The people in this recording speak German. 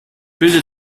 bilde